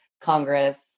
Congress